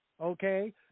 okay